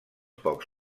pocs